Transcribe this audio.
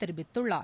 தெரிவித்துள்ளார்